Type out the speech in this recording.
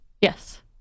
yes